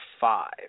five